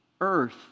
earth